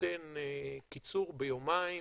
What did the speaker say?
בהינתן קיצור ביומיים,